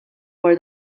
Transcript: were